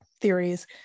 theories